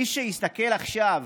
מי שהסתכל עכשיו